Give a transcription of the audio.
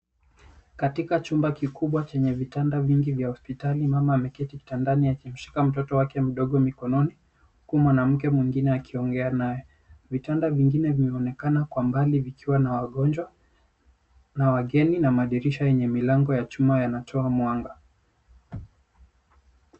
Katika chumba kikubwa chenye vitanda vingi vya hospitali, mama ameketi kitandani akimshika mtoto wake mdogo mikononi, huku mwanamke mwengine akiongea naye. Vitanda vingine vimeonekana kwa mbali vikiwa na wagonjwa na wageni na madirisha yenye milango ya chuma yanatoa mwanga.